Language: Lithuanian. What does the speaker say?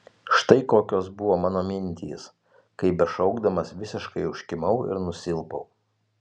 štai kokios buvo mano mintys kai bešaukdamas visiškai užkimau ir nusilpau